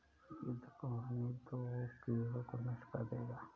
गिद्ध को आने दो, वो कीड़ों को नष्ट कर देगा